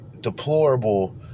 deplorable